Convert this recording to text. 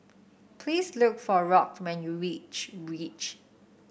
please look for Rock when you reach reach